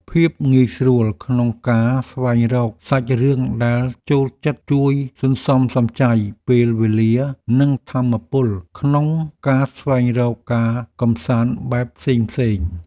ភាពងាយស្រួលក្នុងការស្វែងរកសាច់រឿងដែលចូលចិត្តជួយសន្សំសំចៃពេលវេលានិងថាមពលក្នុងការស្វែងរកការកម្សាន្តបែបផ្សេងៗ។